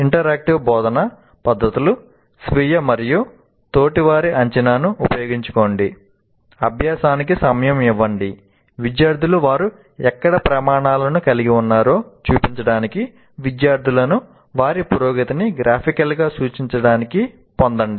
interactive బోధనా పద్ధతులు స్వీయ మరియు తోటివారి అంచనాను ఉపయోగించుకోండి అభ్యాసానికి సమయం ఇవ్వండి విద్యార్థులు వారు ఎక్కడ ప్రమాణాలను కలిగి ఉన్నారో చూపించడానికి విద్యార్థులను వారి పురోగతిని గ్రాఫికల్గా సూచించడానికి పొందండి